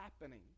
happening